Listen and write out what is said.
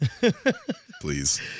Please